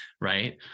Right